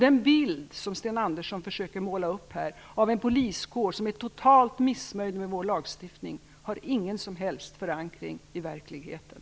Den bild som Sten Andersson försöker måla upp av en poliskår som är totalt missnöjd med vår lagstiftning har ingen som helst förankring i verkligheten.